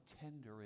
tender